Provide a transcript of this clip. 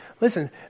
Listen